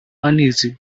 uneasy